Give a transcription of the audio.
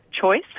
choice